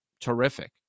terrific